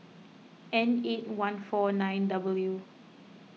N eight one four nine W